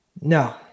No